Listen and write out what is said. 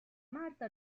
marta